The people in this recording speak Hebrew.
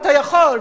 אתה יכול,